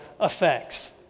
effects